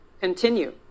continue